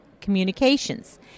Communications